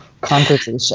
conversation